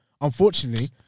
unfortunately